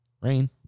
Rain